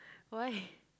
why